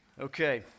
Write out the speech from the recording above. Okay